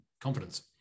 confidence